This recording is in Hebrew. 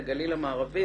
הגליל המערבי,